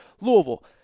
Louisville